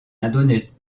indonésie